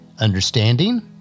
Understanding